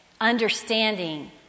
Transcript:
understanding